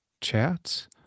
chats